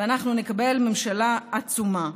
ואנחנו נקבל ממשלה עצומה.